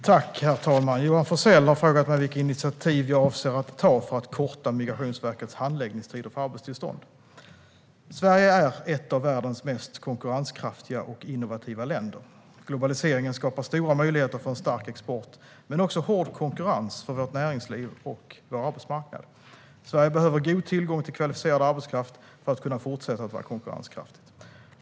Herr talman! Johan Forssell har frågat mig vilka initiativ jag avser att ta för att korta Migrationsverkets handläggningstider för arbetstillstånd. Sverige är ett av världens mest konkurrenskraftiga och innovativa länder. Globaliseringen skapar stora möjligheter för en stark export, men också hård konkurrens för vårt näringsliv och vår arbetsmarknad. Sverige behöver god tillgång till kvalificerad arbetskraft för att kunna fortsätta att vara konkurrenskraftigt.